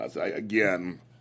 Again